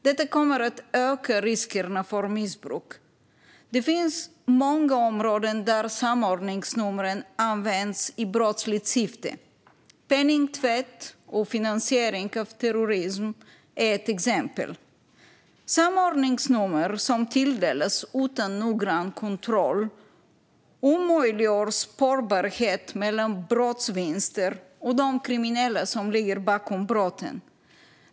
Detta kommer att öka riskerna för missbruk. Det finns många områden där samordningsnumren används i brottsligt syfte. Penningtvätt och finansiering av terrorism är exempel. Samordningsnummer som tilldelas utan noggrann kontroll omöjliggör spårbarhet mellan brottsvinster och de kriminella som ligger bakom brotten.